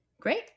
Great